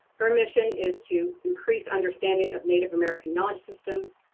her mission is to increase understanding of native american knowledge systems,